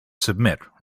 submit